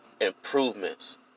improvements